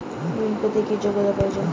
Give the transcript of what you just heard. ঋণ পেতে কি যোগ্যতা প্রয়োজন?